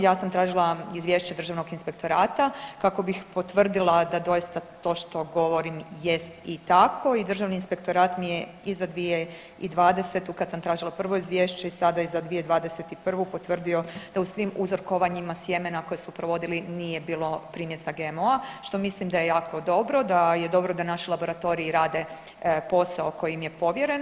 Ja sam tražila izvješće Državnog inspektorata kako bih potvrdila da doista to što govorim jest i tako i Državni inspektorat mi je i za 2020. kad sam tražila prvo izvješće i sada i za 2021. potvrdio da u svim uzorkovanjima sjemena koje su provodili nije bilo primjesa GMO-a što mislim da je jako dobro, da je dobro da naši laboratoriji rade posao koji im je povjeren.